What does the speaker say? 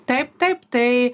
taip taip tai